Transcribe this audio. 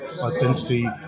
identity